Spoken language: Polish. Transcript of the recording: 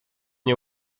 nie